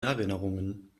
erinnerungen